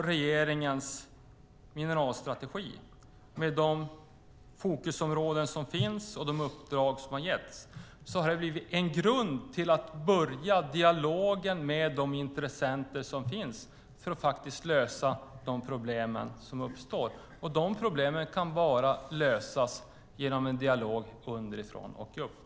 Regeringens mineralstrategi, med de fokusområden som finns och de uppdrag som har getts, har blivit en grund att börja dialogen med de intressenter som finns för att faktiskt lösa de problem som uppstår. De problemen kan bara lösas genom en dialog underifrån och upp.